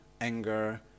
anger